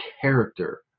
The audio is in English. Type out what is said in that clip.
character